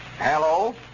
Hello